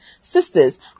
Sisters